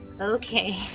Okay